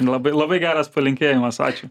labai labai geras palinkėjimas ačiū